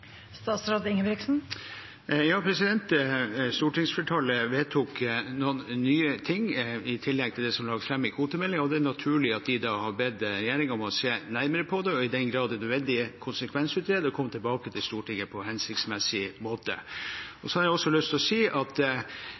Stortingsflertallet vedtok nye ting, i tillegg til det som ble lagt fram i kvotemeldingen, og det er naturlig at de har bedt regjeringen om å se nærmere på det, og i den grad det er nødvendig, konsekvensutrede og komme tilbake til Stortinget på en hensiktsmessig måte. Så har jeg også lyst til å si at